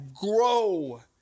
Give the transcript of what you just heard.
grow